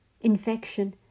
infection